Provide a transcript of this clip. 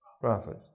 prophet